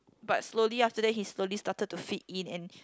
but slowly after that he slowly started to fit in and